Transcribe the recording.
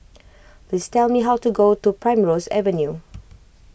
please tell me how to get to Primrose Avenue